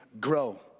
grow